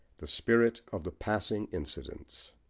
the spirit of the passing incidents.